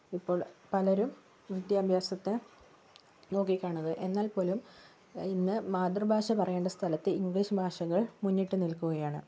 ഇപ്പോൾ പലരും വിദ്യാഭ്യാസത്തെ നോക്കി കാണുന്നത് എന്നാൽ പോലും ഇന്ന് മാതൃഭാഷ പറയേണ്ട സ്ഥലത്ത് ഇംഗ്ലീഷ് ഭാഷകൾ മുന്നിട്ട് നിൽക്കുകയാണ്